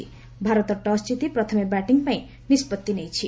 Bharat toss ଜିତି ପ୍ରଥମେ batting ପାଇଁ ନିଷ୍ପତ୍ତି ନେଇଛି